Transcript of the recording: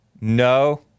No